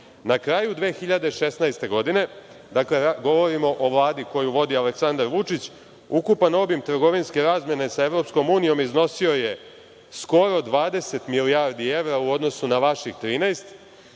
Na kraju 2016. godine, dakle govorimo o Vladi koju vodi Aleksandar Vučić, ukupan obim trgovinske razmene sa Evropskom unijom iznosio je skoro 20 milijardi evra, u odnosu na vaših 13,